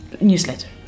newsletter